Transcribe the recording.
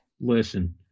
Listen